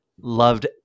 loved